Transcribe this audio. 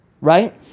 Right